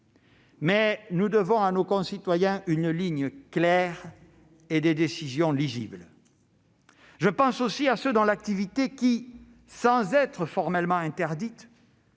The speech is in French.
Mais nous devons à nos concitoyens une ligne claire et des décisions lisibles. Je pense aussi à ceux dont l'activité qui, sans être formellement interdite,